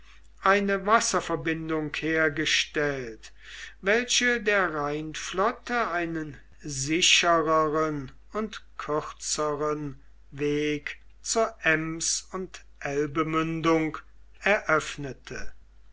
eine wasserverbindung hergestellt welche der rheinflotte einen sichereren und kürzeren weg zur ems und elbemündung eröffnete